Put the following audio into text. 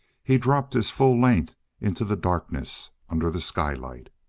he dropped his full length into the darkness under the skylight.